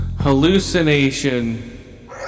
Hallucination